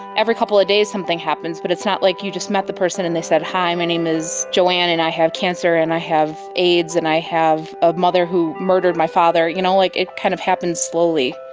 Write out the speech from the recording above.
every couple of days something happens but it's not like you just met the person and they said, hi, my name is joanne and i have cancer and i have aids and i have a mother who murdered my father. you know, like it kind of happens slowly.